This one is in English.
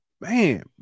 man